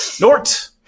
Nort